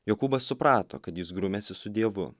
jokūbas suprato kad jis grumėsi su dievu